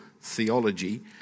theology